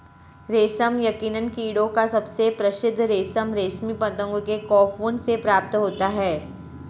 रेशम यकीनन कीड़ों का सबसे प्रसिद्ध रेशम रेशमी पतंगों के कोकून से प्राप्त होता है